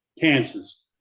Kansas